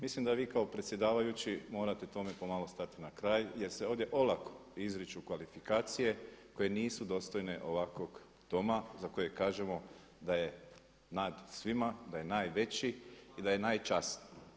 Mislim da je vikao predsjedavajući, morate tome pomalo stati na kraj jer se ovdje olako izriču kvalifikacije koje nisu dostojne ovakvog Doma za kojeg kažemo da je nad svima, da je najveći i da je najčasniji.